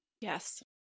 Yes